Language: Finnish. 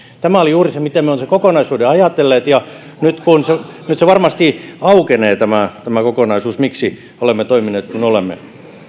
tämä oli juuri se miten me olemme sen kokonaisuuden ajatelleet ja nyt varmasti aukenee tämä tämä kokonaisuus miksi olemme toimineet niin kuin olemme